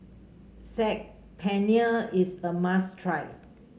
Saag Paneer is a must try